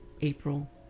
April